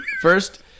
first